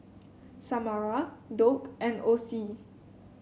Samara Doug and Osie